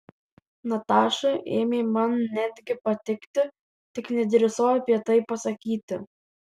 nataša ėmė man netgi patikti tik nedrįsau apie tai pasakyti